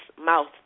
mouth